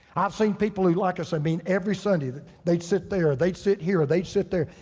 i've seen people like us, i mean, every sunday that they'd sit there, they'd sit here, they'd sit there.